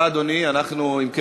אם אתה